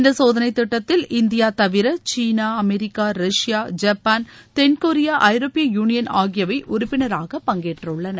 இந்த சோதனை திட்டத்தில் இந்தியா தவிர சீனா அமெரிக்கா ரஷ்யா ஜப்பான் தென்கொரியா ஐரோப்பிய யூனியன் ஆகியவை உறுப்பினராக பங்கேற்றுள்ளன